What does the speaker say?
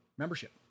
membership